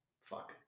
Fuck